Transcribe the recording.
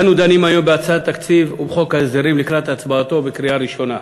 אנו דנים היום בהצעת התקציב ובחוק ההסדרים לקראת ההצבעה בקריאה ראשונה.